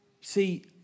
See